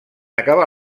acabar